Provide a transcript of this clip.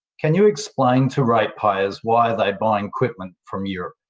can you explain to ratepayers why are they buying equipment from europe?